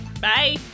Bye